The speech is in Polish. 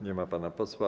Nie ma pana posła.